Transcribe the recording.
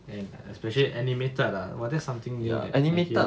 and especially animated lah !wah! that's something new that I hear